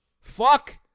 Fuck